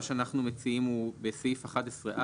מה שאנחנו מציעים הוא: "(2) בסעיף 11(א),